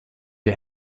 der